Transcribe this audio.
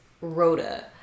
Rhoda